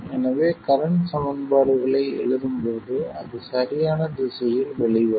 எனவே கரண்ட் சமன்பாடுகளை எழுதும் போது அது சரியான திசையில் வெளிவரும்